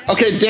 Okay